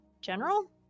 general